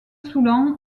soulan